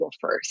first